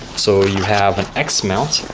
so, you have an x-mount.